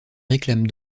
réclament